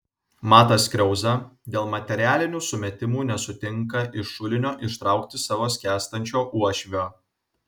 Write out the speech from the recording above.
matas kriauza dėl materialinių sumetimų nesutinka iš šulinio ištraukti savo skęstančio uošvio